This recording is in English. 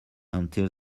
until